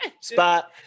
spot